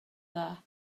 dda